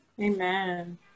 Amen